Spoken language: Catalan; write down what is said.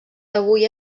avui